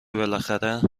بالاخره